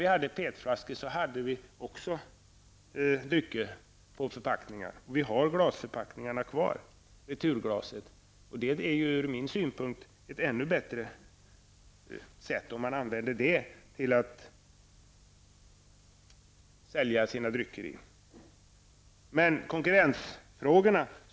Det fanns drycker i förpackningar även innan PET-flaskor fanns, och vi har glasförpackningarna kvar. Returglaset är från min synpunkt ett ännu bättre sätt att förpacka de drycker man säljer. Man bör kunna klara av konkurrensfrågorna.